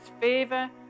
favor